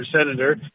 senator